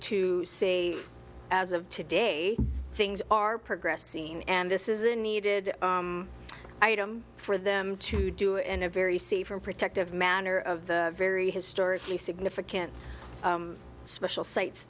to say as of today things are progressing and this is a needed item for them to do and a very see from protective manner of the very historically significant special sites